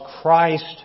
Christ